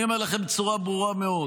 אני אומר לכם בצורה ברורה מאוד: